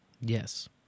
Yes